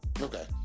Okay